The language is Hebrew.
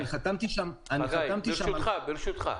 חגי, ברשותך,